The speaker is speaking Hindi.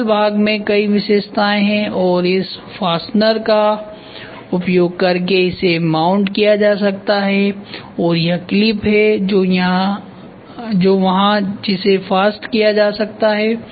एकल भाग में कई विशेषताएं हैं और इस फास्टनर का उपयोग करके इसे माउंट किया जा सकता है और यह क्लिप है जो वहां है जिसे फास्ट किया जा सकता है